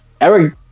Eric